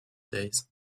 days